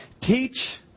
Teach